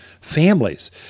families